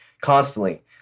constantly